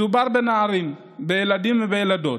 מדובר בנערים, בילדים ובילדות,